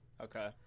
Okay